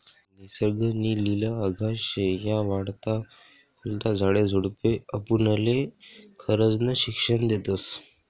निसर्ग नी लिला अगाध शे, या वाढता फुलता झाडे झुडपे आपुनले खरजनं शिक्षन देतस